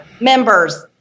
members